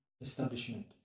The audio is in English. establishment